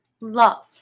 love